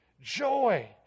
joy